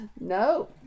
No